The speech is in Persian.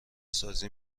سازی